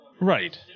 Right